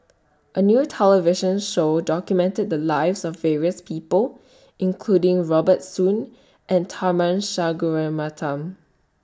A New television Show documented The Lives of various People including Robert Soon and Tharman Shanmugaratnam